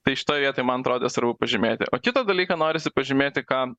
tai šitoj vietoj man atrodė svarbu pažymėti o kitą dalyką norisi pažymėti ką